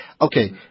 okay